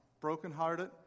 brokenhearted